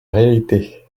réalité